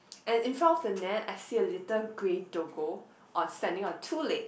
and in front of the net I see a little grey doggo on standing on two leg